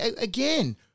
Again